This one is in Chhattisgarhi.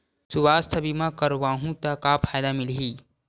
सुवास्थ बीमा करवाहू त का फ़ायदा मिलही?